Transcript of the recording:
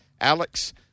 Alex